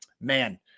man